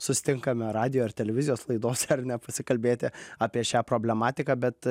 susitinkame radijo ar televizijos laidose ar ne pasikalbėti apie šią problematiką bet